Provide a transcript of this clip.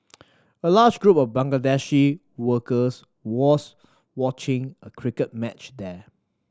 a large group of Bangladeshi workers was watching a cricket match there